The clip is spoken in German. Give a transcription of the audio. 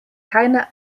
keine